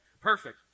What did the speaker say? Perfect